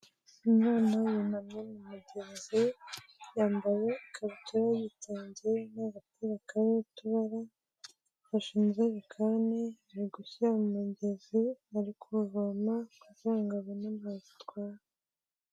Umwana yunamye mu mugenzi, yambaye ikabutura y'ibitenge n'agapira karimo utubara, afashe injerekani, ari gushyira mu mugezi, ari kuvoma kugira ngo abona amazi atwara.